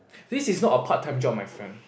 this is not a part-time job my friend